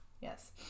yes